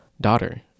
daughter